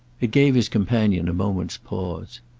it gave his companion a moment's pause.